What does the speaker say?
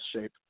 shape